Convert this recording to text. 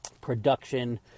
production